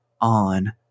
on